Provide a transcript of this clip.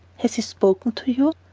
has he spoken to you?